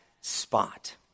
spot